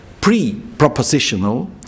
pre-propositional